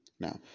Now